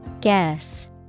Guess